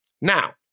Now